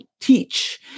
teach